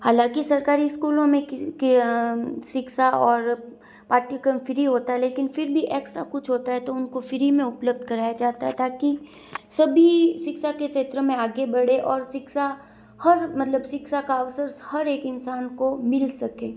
हालाँकि सरकारी स्कूलों में की शिक्षा और पाठ्यक्रम फ़्री होता है लेकिन फ़िर भी एक्स्ट्रा कुछ होता है तो उनको फ़्री में उपलब्ध कराया जाता था ताकी सभी शिक्षा के क्षेत्र में आगे बढें और शिक्षा हर मतलब शिक्षा का अवसर हर एक इंसान को मिल सके